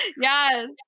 Yes